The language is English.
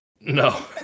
No